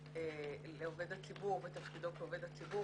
לעובד הציבור בתפקידו כעובד הציבור,